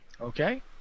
Okay